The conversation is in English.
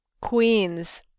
Queens